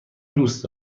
دوست